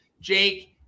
jake